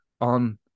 on